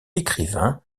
écrivain